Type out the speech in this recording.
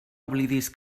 oblidis